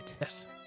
Yes